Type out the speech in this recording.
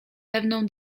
pewną